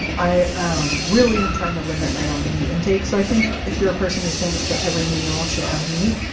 i um really am trying to limit my own meat intake. so i think if you're a person who thinks that every meal should have meat,